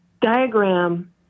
diagram